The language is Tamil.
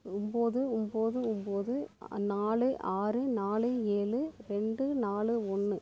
ஒம்பது ஒம்பது ஒம்பது நாலு ஆறு நாலு ஏழு ரெண்டு நாலு ஒன்று